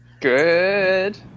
Good